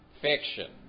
Fiction